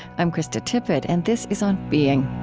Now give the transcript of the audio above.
i'm krista tippett, and this is on being